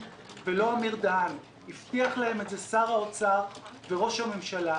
ולא אמיר דהן; הבטיח להם את זה שר האוצר וראש הממשלה.